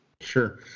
Sure